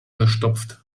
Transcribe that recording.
verstopft